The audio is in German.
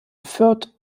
fürth